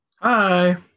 Hi